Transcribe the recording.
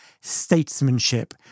statesmanship